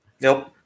Nope